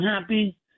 happy